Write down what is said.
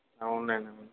అవునులెండి